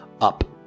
up